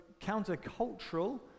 countercultural